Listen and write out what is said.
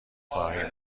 خواهیم